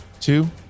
two